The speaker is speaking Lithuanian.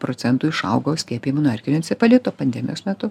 procentų išaugo skiepijimų nuo erkinio encefalito pandemijos metu